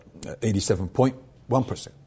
87.1%